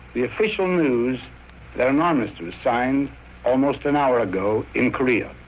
the official news that an armistice signed almost an hour ago in korea.